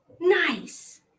Nice